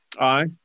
Aye